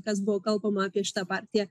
kas buvo kalbama apie šitą partiją